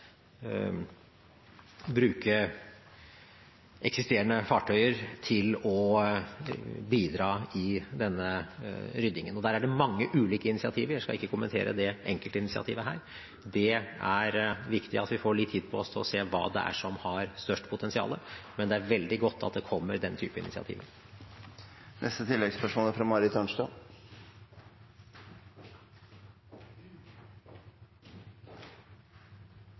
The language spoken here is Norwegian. bruke eksisterende fartøyer til å bidra i denne ryddingen. Det er mange ulike initiativer, og jeg skal ikke kommentere dette enkeltinitiativet her. Det er viktig at vi får litt tid på oss til å se hva som har størst potensial, men det er veldig godt at den typen initiativ kommer. Marit Arnstad – til oppfølgingsspørsmål. Det er